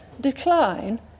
decline